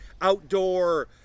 outdoor